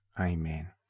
Amen